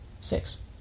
six